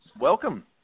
Welcome